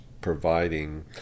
providing